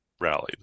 rallied